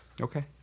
Okay